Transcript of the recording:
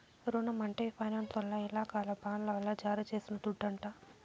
రునం అంటే ఫైనాన్సోల్ల ఇలాకాల బాండ్ల వల్ల జారీ చేసిన దుడ్డంట